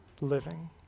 living